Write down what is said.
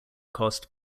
cost